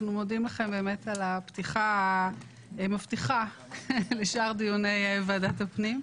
אנחנו מודים לכם על הפתיחה המבטיחה לשאר דיוני ועדת הפנים.